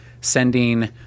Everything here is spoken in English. sending